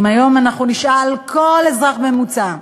אם היום אנחנו נשאל כל אזרח ממוצע: